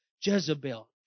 Jezebel